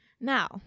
Now